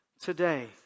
Today